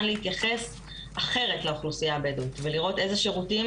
להתייחס אחרת לאוכלוסייה הבדואית ולראות אילו שירותים